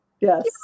Yes